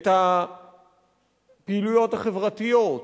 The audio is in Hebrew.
את הפעילויות החברתיות,